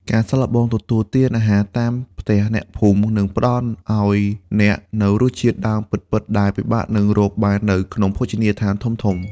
ការសាកល្បងទទួលទានអាហារតាមផ្ទះអ្នកភូមិ នឹងផ្តល់ឱ្យអ្នកនូវរសជាតិដើមពិតៗ ដែលពិបាកនឹងរកបាននៅក្នុងភោជនីយដ្ឋានធំៗ។